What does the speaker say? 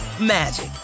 magic